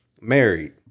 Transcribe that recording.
married